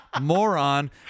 moron